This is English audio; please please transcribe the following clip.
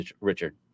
Richard